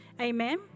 Amen